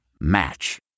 Match